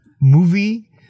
movie